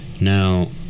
Now